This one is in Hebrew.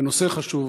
בנושא חשוב,